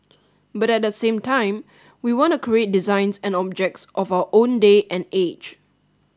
but at the same time we want to create designs and objects of our own day and age